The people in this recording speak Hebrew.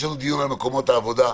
יש דיון על מקומות העבודה,